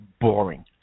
boring